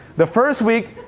the first week,